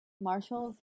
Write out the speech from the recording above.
Marshall's